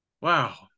wow